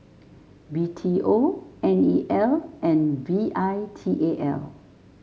B T O N E L and V I T A L